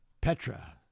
Petra